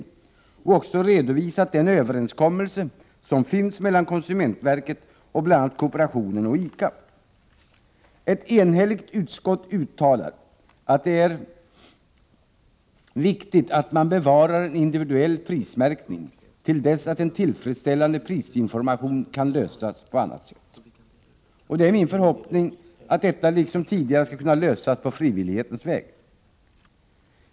Utskottet har också redovisat den överenskommelse som finns mellan konsumentverket och bl.a. kooperationen och ICA. Ett enhälligt utskott uttalar att det är viktigt att man bevarar en individuell prismärkning till dess att en tillfredsställande prisinformation kan ges på annat sätt. Det är min förhoppning att denna fråga, liksom tidigare, skall kunna lösas på frivillighetens väg.